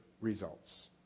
results